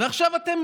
ועכשיו אתם